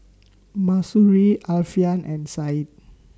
Mahsuri Alfian and Said